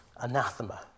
anathema